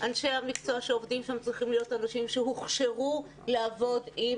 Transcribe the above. אנשי המקצוע שעובדים שם צריכים להיות אנשים שהוכשרו לעבוד עם